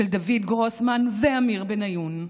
של דוד גרוסמן ועמיר בניון,